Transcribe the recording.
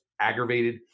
aggravated